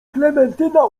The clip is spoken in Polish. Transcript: klementyna